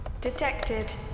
Detected